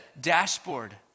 dashboard